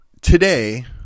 today